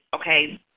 okay